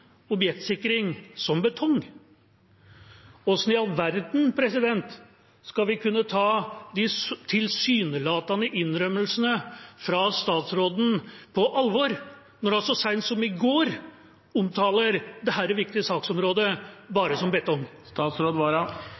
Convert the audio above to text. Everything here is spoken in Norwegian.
objektsikring som betong. Hvordan i all verden skal vi kunne ta de tilsynelatende innrømmelsene fra statsråden på alvor når han så seint som i går omtaler dette viktige saksområdet bare som betong? I går snakket vi ikke om